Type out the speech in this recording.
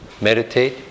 Meditate